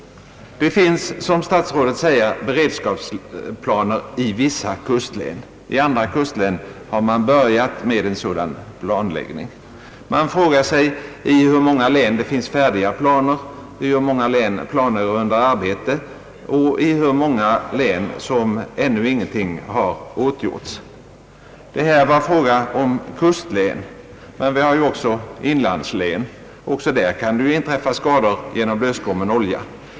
Det finns, som statsrådet säger, beredskapsplaner i vissa kustlän. I andra kustlän har man börjat med en sådan planläggning. Man frågar sig i hur många län det finns färdiga planer, i hur många län planer är under arbete och i hur många län som ännu ingenting har åtgjorts. Det här var fråga om kustlän, men vi har också inlandslän. Också där kan det ju inträffa skador genom löskommen olja.